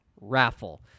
raffle